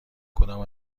کدام